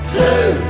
two